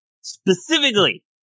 Specifically